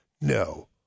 No